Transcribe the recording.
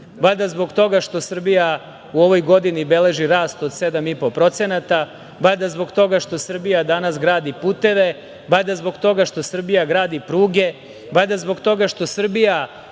zbog toga što Srbija u ovoj godini beleži rast od 7,5%, valjda zbog toga što Srbija danas gradi puteve, valjda zbog toga što Srbija gradi pruge, valjda zbog toga što Srbija